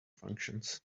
functions